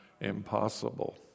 Impossible